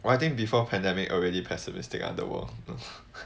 well I think before pandemic already pessimistic I don't know